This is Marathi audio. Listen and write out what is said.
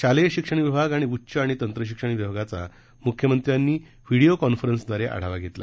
शालेय शिक्षण विभाग आणि उच्च व तंत्रशिक्षण विभागाचा मुख्यमंत्र्यांनी व्हिडीओ कॉन्फरन्सव्वारे आढावा घेतला